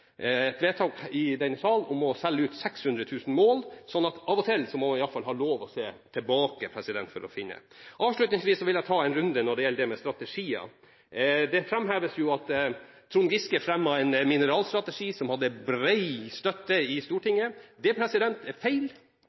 et vedtak i denne sal om å selge ut 600 000 mål. Så av og til må vi iallfall ha lov å se tilbake. Avslutningsvis vil jeg ta en runde på det med strategier. Det framheves at Trond Giske fremmet en mineralstrategi som hadde bred støtte i Stortinget. Det er feil